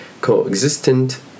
Coexistent